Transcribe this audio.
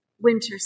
winter